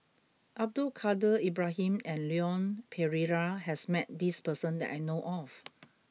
Abdul Kadir Ibrahim and Leon Perera has met this person that I know of